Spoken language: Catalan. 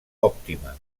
òptima